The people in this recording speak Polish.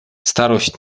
starość